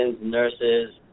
nurses